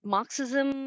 Marxism